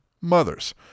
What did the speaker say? mothers